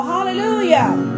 Hallelujah